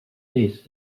类似